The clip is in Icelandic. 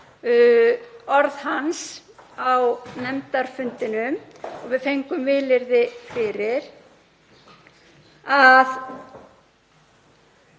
orð hans á nefndarfundinum og við fengum vilyrði fyrir